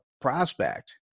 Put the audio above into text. prospect